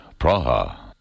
Praha